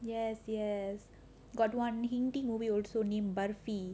yes yes got one hindi movie also name barfi